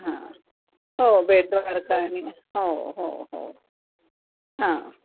हां हो बेट द्वारका आणि हो हो हो हां